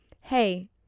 hey